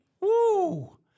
Woo